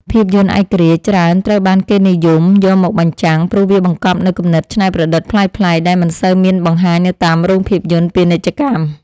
ភាពយន្តឯករាជ្យ ច្រើនត្រូវបានគេនិយមយកមកបញ្ចាំង ព្រោះវាបង្កប់នូវគំនិតច្នៃប្រឌិតប្លែកៗដែលមិនសូវមានបង្ហាញនៅតាមរោងភាពយន្តពាណិជ្ជកម្ម។